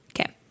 Okay